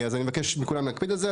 אז אני מבקש מכולם להקפיד על זה.